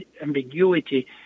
ambiguity